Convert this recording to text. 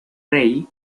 rey